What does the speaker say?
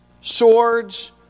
swords